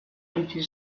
iritsi